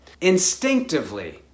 instinctively